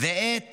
ועת